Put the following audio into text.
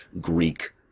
Greek